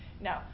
no